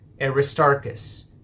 Aristarchus